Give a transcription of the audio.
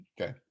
Okay